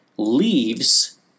leaves